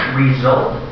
result